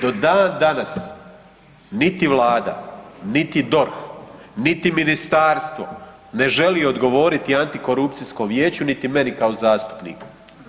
Do danas niti Vlada, niti DORH, niti ministarstvo ne želi odgovoriti antikorupcijskom vijeću niti meni kao zastupniku.